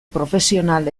profesional